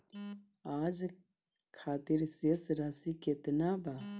आज खातिर शेष राशि केतना बा?